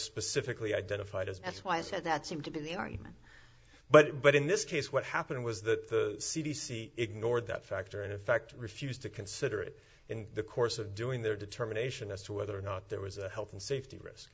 specifically identified as that's why i said that seemed to be the argument but but in this case what happened was that the c d c ignored that factor in effect refused to consider it in the course of doing their determination as to whether or not there was a health and safety risk